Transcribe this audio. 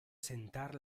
sentar